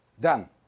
Done